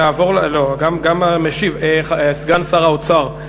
סגן שר האוצר,